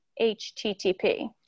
HTTP